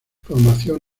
formación